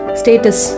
status